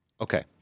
Okay